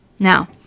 Now